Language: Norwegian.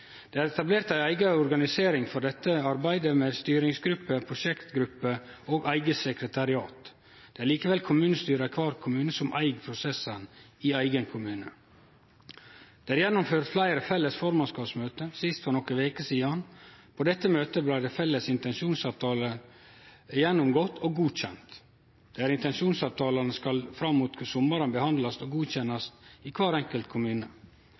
Det er etablert ei eiga organisering for dette arbeidet, med styringsgruppe, prosjektgruppe og eige sekretariat. Det er likevel kommunestyra i kvar kommune som eig prosessen i eigen kommune. Det er gjennomført fleire felles formannskapsmøte, sist for nokre veker sidan. På dette møtet blei felles intensjonsavtaler gjennomgått og godkjende. Desse intensjonsavtalene skal fram mot sommaren behandlast og godkjennast i kvar enkelt kommune.